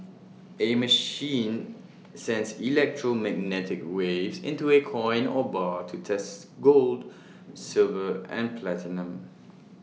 A machine sends electromagnetic waves into A coin or bar to test gold silver and platinum